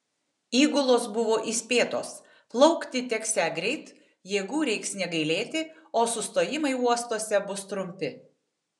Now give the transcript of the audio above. įgulos buvo įspėtos plaukti teksią greit jėgų reiks negailėti o sustojimai uostuose bus trumpi